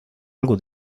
algo